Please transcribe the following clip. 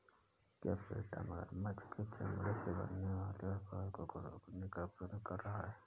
क्या पेटा मगरमच्छ के चमड़े से बनने वाले उत्पादों को रोकने का प्रयत्न कर रहा है?